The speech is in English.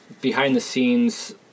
behind-the-scenes